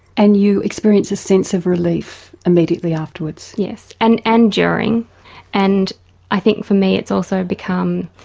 and you experience a sense of relief immediately afterwards? yes, and and during and i think for me it's also become,